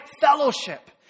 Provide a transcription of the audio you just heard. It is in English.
fellowship